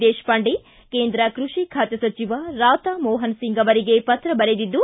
ದೇಶಪಾಂಡೆ ಕೇಂದ್ರ ಕೃಷಿ ಖಾತೆ ಸಚಿವ ರಾಧಾ ಮೋಹನ್ ಸಿಂಗ್ ಅವರಿಗೆ ಪತ್ರ ಬರೆದಿದ್ದು